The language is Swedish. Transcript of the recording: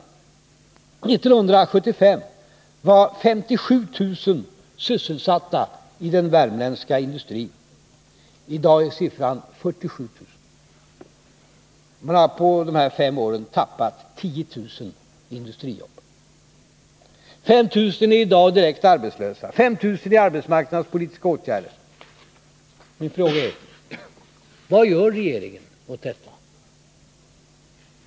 1975 var 57 000 sysselsatta i den värmländska industrin. I dag är den siffran 47 000. Man har på dessa fem år tappat 10 000 industrijobb. I dag är 5 000 direkt arbetslösa och 5 000 i arbetsmarknadspolitiska åtgärder. Vad gör regeringen åt detta?